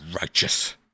Righteous